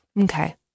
Okay